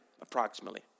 approximately